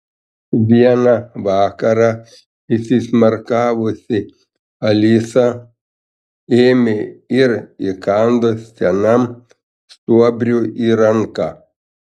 vieną vakarą įsismarkavusi alisa ėmė ir įkando senam stuobriui į ranką